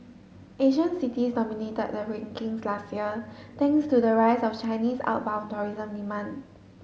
Asian cities dominated the rankings last year thanks to the rise of Chinese outbound tourism demand